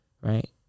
right